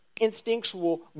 instinctual